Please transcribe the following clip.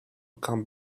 come